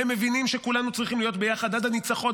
הם מבינים שכולנו צריכים להיות ביחד עד הניצחון,